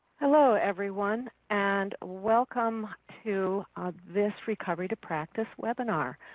hello everyone and welcome to this recovery to practice webinar.